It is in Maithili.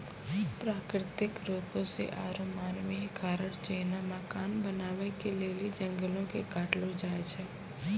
प्राकृतिक रुपो से आरु मानवीय कारण जेना मकान बनाबै के लेली जंगलो के काटलो जाय छै